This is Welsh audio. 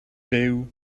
byw